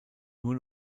nur